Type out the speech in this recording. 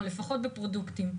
או לפחות בפרודוקטים.